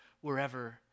wherever